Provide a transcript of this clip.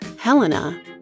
Helena